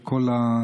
את כל הנאום,